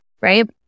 right